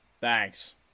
thanks